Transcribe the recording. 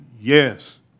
Yes